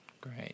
great